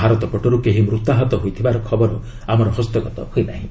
ଭାରତ ପଟରୁ କେହି ମୃତାହତ ହୋଇଥିବାର ଖବର ଆମର ହସ୍ତଗତ ହୋଇନାହିଁ